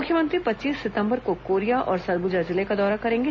मुख्यमंत्री पच्चीस सितंबर को कोरिया और सरगुजा जिले का दौरा करेंगे